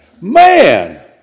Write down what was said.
man